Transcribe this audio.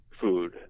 food